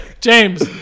James